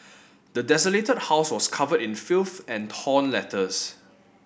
the desolated house was covered in filth and torn letters